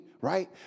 right